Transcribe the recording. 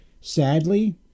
Sadly